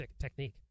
technique